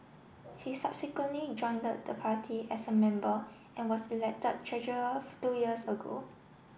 she subsequently joined the party as a member and was elected treasurer two years ago